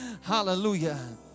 Hallelujah